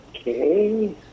Okay